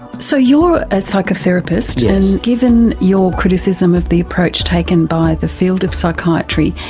so you're a psychotherapist, and given your criticism of the approach taken by the field of psychiatry,